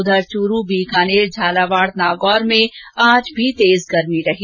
उधर चूरु बीकानेर झालावाड नागौर में आज भी तेज गर्मी रही